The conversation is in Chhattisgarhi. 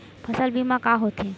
फसल बीमा का होथे?